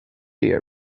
are